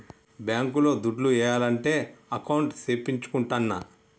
bank లో దుడ్లు ఏయాలంటే అకౌంట్ సేపిచ్చుకుంటాన్న